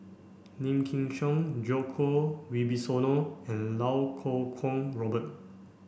Lim Chin Siong Djoko Wibisono and Lau Kuo Kwong Robert